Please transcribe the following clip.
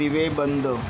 दिवे बंद